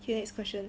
okay next question